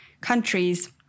countries